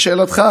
לשאלתך,